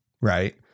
Right